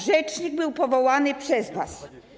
Rzecznik był powołany przez was.